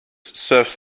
serves